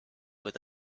with